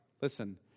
listen